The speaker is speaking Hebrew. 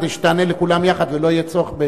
כדי שתענה לכולם יחד ולא יהיה צורך,